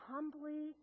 Humbly